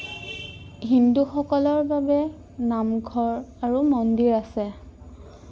হিন্দুসকলৰ বাবে নামঘৰ আৰু মন্দিৰ আছে